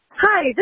Hi